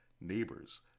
neighbors